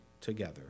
together